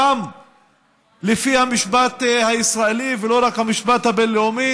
גם לפי המשפט הישראלי ולא רק לפי המשפט הבין-לאומי.